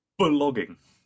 Blogging